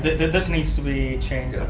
this needs to be changed,